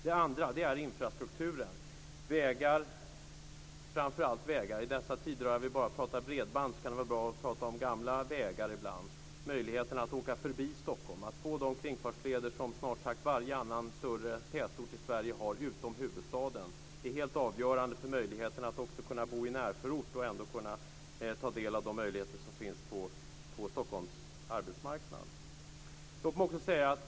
En annan orsak är infrastrukturen. I dessa tider när man bara pratar om bredband kan det vara bra att ibland prata om gamla vägar. Det gäller möjligheten att åka förbi Stockholm, att bygga de kringfartsleder som snart sagt varje annan större tätort i Sverige har utom huvudstaden. De är helt avgörande också för möjligheten att bo i närförort och ta del av de möjligheter som finns på Stockholms arbetsmarknad.